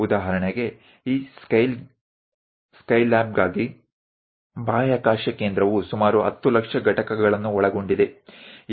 ಉದಾಹರಣೆಗೆ ಈ ಸ್ಕೈಲ್ಯಾಬ್ಗಾಗಿ ಬಾಹ್ಯಾಕಾಶ ಕೇಂದ್ರವು ಸುಮಾರು 10 ಲಕ್ಷ ಘಟಕಗಳನ್ನು ಒಳಗೊಂಡಿದೆ